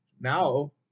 now